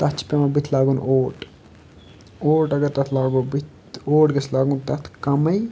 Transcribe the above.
تَتھ چھِ پیٚوان بٕتھِ لاگُن اوٹ اوٹ اگر تَتھ لاگو بٕتھِ اوٹ گَژھِ لاگُن تَتھ کَمٕے